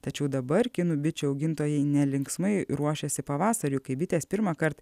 tačiau dabar kinų bičių augintojai nelinksmai ruošiasi pavasariui kai bitės pirmąkart